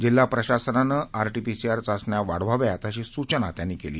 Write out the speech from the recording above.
जिल्हा प्रशासनानं आरटीपीसीआर चाचण्या वाढवाव्यात अशा सूचना त्यांनी केल्या